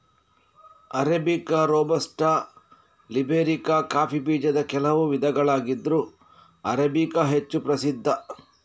arabica, robusta, liberica coffee ಬೀಜದ ಕೆಲವು ವಿಧಗಳಾಗಿದ್ರೂ ಅರೇಬಿಕಾ ಹೆಚ್ಚು ಪ್ರಸಿದ್ಧ